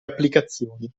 applicazioni